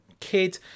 kid